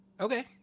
okay